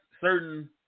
certain –